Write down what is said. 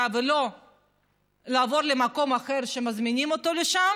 ולא לעבור למקום אחר שמזמינים אותו לשם,